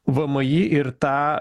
v m i ir tą